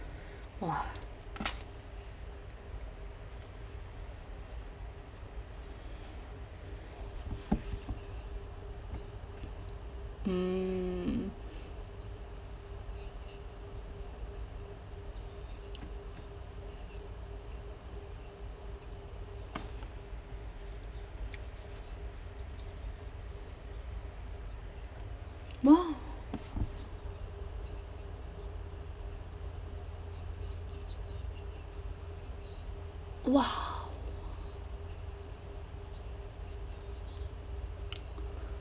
!wah! mm !wow! !wah!